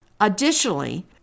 Additionally